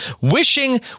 wishing